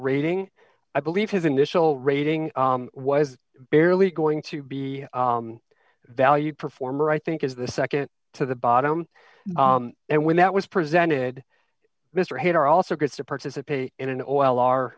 rating i believe his initial rating was barely going to be valued performer i think is the nd to the bottom and when that was presented mr haider also gets to participate in an oil are